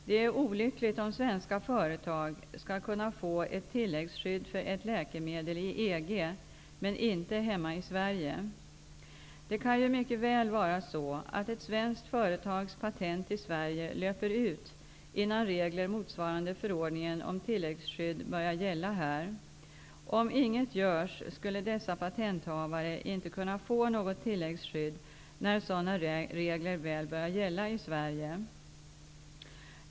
Det är olyckligt om svenska företag skall kunna få ett tilläggsskydd för ett läkemedel i EG men inte hemma i Sverige. Det kan ju mycket väl vara så att ett svenskt företags patent i Sverige löper ut innan regler motsvarande förordningen om tilläggsskydd börjar gälla här. Om inget görs, skulle dessa patenthavare inte kunna få något tilläggsskydd när sådana regler väl börjar gälla i Sverige.